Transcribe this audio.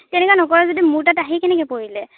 তেনেকুৱা নকৰে যদি মোৰ তাত আহি কেনেকে পৰিলে